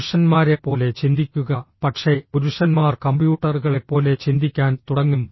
പുരുഷന്മാരെപ്പോലെ ചിന്തിക്കുക പക്ഷേ പുരുഷന്മാർ കമ്പ്യൂട്ടറുകളെപ്പോലെ ചിന്തിക്കാൻ തുടങ്ങും